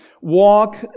walk